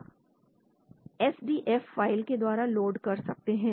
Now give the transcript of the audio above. इसको आप S D F SDF file के द्वारा लोड कर सकते हैं